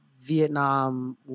Vietnam